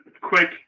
quick